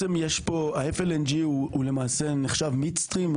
ה- FLNG הוא למעשה נחשב midstream,